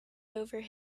over